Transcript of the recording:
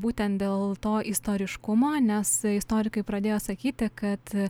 būtent dėl to istoriškumo nes istorikai pradėjo sakyti kad